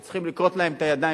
שצריכים לכרות להם את הידיים,